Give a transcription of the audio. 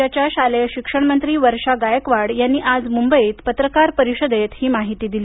राज्याच्या शालेय शिक्षण मंत्री वर्षा गायकवाड यांनी आज मुंबईत पत्रकार परिषदेत ही माहिती दिली